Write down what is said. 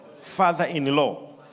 father-in-law